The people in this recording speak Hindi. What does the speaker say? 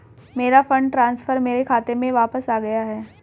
मेरा फंड ट्रांसफर मेरे खाते में वापस आ गया है